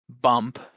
bump